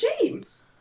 James